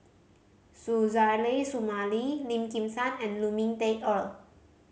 Suzairhe Sumari Lim Kim San and Lu Ming Teh Earl